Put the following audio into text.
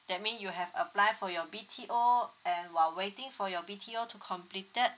that mean you have apply for your BT_O and while waiting for your B_T_O to completed